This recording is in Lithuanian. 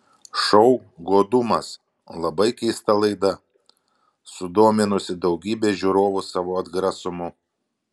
šou godumas labai keista laida sudominusi daugybę žiūrovu savo atgrasumu